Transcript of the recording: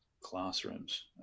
classrooms